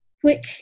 quick